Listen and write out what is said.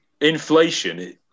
Inflation